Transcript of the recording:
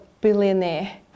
billionaire